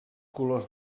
colors